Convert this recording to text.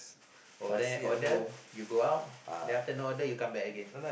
oh then you order you go out then after not that you come back again